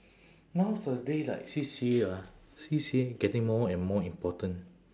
nowadays like C_C_A ah C_C_A getting more and more important